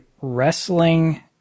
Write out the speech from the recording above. wrestling